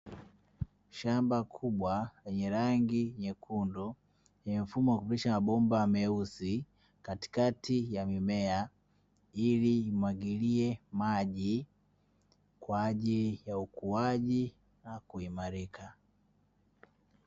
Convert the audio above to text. Shamba kubwa lenye rangi nyekundu, yenye mfumo wa kupitisha mabomba meusi katikati ya mimea ili imwagilie maji kwa ajili ya ukuaji na kuimarika.